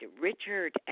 Richard